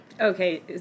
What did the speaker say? Okay